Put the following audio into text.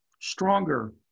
stronger